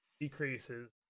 decreases